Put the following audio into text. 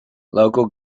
local